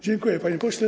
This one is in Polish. Dziękuję, panie pośle.